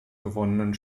gewonnenen